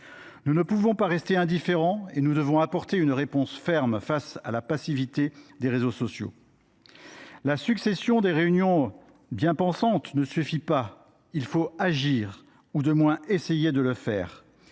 Nous ne pouvons pas rester indifférents et nous devons apporter une réponse ferme face la passivité des réseaux sociaux. La succession de réunions bien pensantes ne suffit pas : il faut agir, ou du moins essayer de le faire,